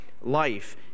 life